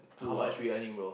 two hours